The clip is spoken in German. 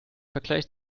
vergleich